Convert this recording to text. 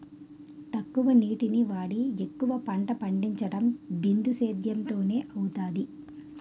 తక్కువ నీటిని వాడి ఎక్కువ పంట పండించడం బిందుసేధ్యేమ్ తోనే అవుతాది